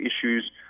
issues